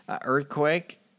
earthquake